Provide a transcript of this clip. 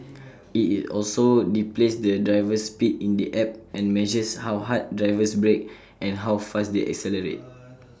IT also displays the driver's speed in the app and measures how hard drivers brake and how fast they accelerate